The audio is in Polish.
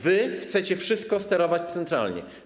Wy chcecie wszystkim sterować centralnie.